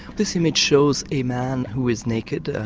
this image shows a man who is naked,